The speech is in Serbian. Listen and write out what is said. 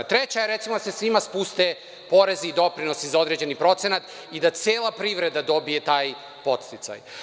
Treća je da se svima spuste porezi i doprinosi za određeni procenat i da cela privreda dobije taj podsticaj.